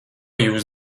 jūs